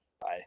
Bye